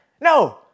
No